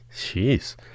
jeez